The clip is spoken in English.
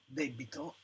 debito